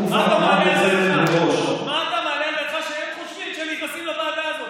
מה אתה מעלה בדעתך בכלל שהם חושבים כשהם נכנסים לוועדה הזאת?